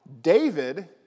David